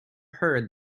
heard